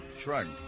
shrugged